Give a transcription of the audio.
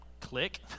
click